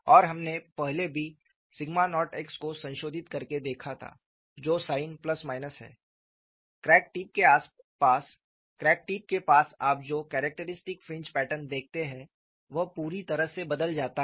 और हमने पहले भी σ0x को संशोधित करके देखा था जो साइन ± है क्रैक टिप के पास आप जो कैरेक्टरिस्टिक फ्रिंज पैटर्न देखते हैं वह पूरी तरह से बदल जाता है